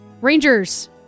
Rangers